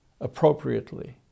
appropriately